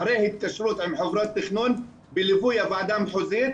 אחרי היקשרות עם חברת תכנון בליווי הוועדה המחוזית,